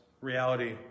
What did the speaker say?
reality